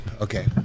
Okay